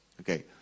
Okay